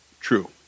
true